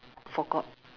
forgot